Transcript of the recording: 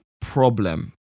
problem